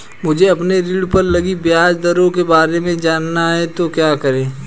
मुझे अपने ऋण पर लगी ब्याज दरों के बारे में जानना है तो क्या करें?